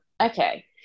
okay